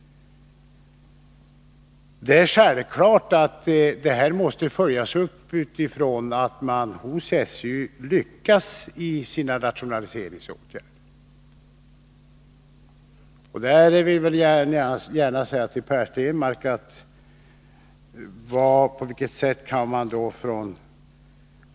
Det är självklart att en förutsättning är att SJ lyckas i sina rationaliseringssträvanden.